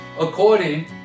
according